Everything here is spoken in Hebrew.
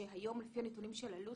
שהיום לפי הנתונים של אלו"ט,